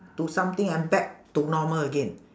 to something and back to normal again